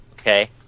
Okay